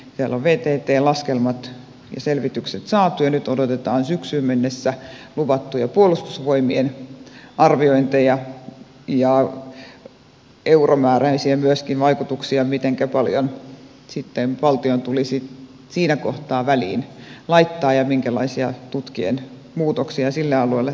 siellä on vttn laskelmat ja selvitykset saatu ja nyt odotetaan syksyyn mennessä luvattuja puolustusvoimien arviointeja ja myöskin euromääräisiä vaikutuksia mitenkä paljon sitten valtion tulisi siinä kohtaa väliin laittaa ja minkälaisia tutkien muutoksia sille alueelle tarvittaisiin